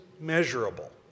measurable